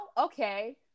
okay